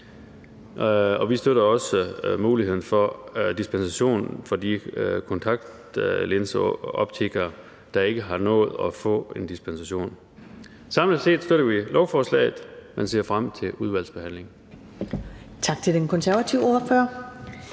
vi støtter også muligheden for dispensation for de kontaktlinseoptikere, der ikke har nået at få en dispensation. Samlet set støtter vi lovforslaget og ser frem til udvalgsbehandlingen.